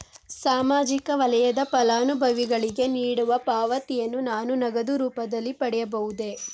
ಸಾಮಾಜಿಕ ವಲಯದ ಫಲಾನುಭವಿಗಳಿಗೆ ನೀಡುವ ಪಾವತಿಯನ್ನು ನಾನು ನಗದು ರೂಪದಲ್ಲಿ ಪಡೆಯಬಹುದೇ?